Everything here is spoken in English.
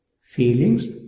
feelings